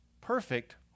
perfect